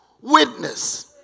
witness